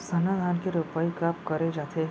सरना धान के रोपाई कब करे जाथे?